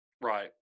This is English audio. Right